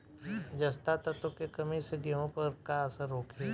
जस्ता तत्व के कमी से गेंहू पर का असर होखे?